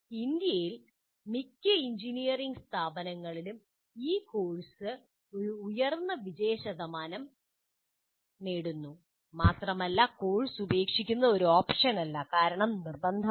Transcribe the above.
ഇന്ത്യയിൽ മിക്ക എഞ്ചിനീയറിംഗ് സ്ഥാപനങ്ങളും ഈ കോഴ്സിൽ ഉയർന്ന വിജയശതമാനം നേടുന്നു മാത്രമല്ല കോഴ്സ് ഉപേക്ഷിക്കുന്നത് ഒരു ഓപ്ഷനല്ല കാരണം ഇത് നിർബന്ധമാണ്